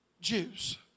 Jews